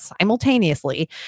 simultaneously